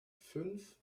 fünf